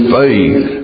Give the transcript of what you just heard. faith